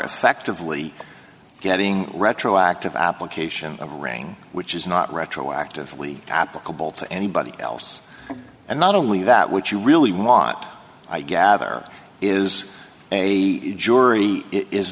effectively getting retroactive application of a ring which is not retroactively applicable to anybody else and not only that which you really want i gather is a jury is